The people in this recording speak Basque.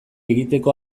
egiteko